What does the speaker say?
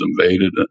invaded